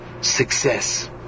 success